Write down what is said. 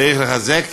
צריך לחזק